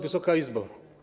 Wysoka Izbo!